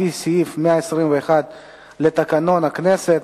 לפי סעיף 121 לתקנון הכנסת,